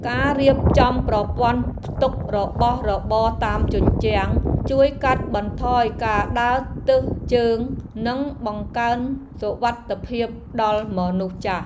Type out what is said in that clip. ការរៀបចំប្រព័ន្ធផ្ទុករបស់របរតាមជញ្ជាំងជួយកាត់បន្ថយការដើរទើសជើងនិងបង្កើនសុវត្ថិភាពដល់មនុស្សចាស់។